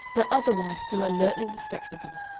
but otherwise still alertly respectable,